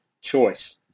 Choice